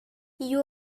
you